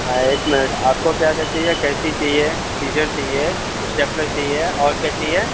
हाँ एक मिनट आपको क्या क्या चाहिए कैंची चाहिए सीजर चाहिए स्टेपलर और क्या चाहिए